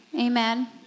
Amen